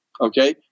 Okay